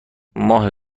ماه